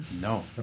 No